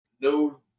no